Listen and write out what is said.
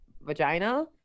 vagina